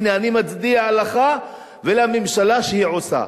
הנה, אני מצדיע לך ולממשלה כשהיא עושה.